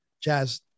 jazz